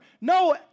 No